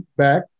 back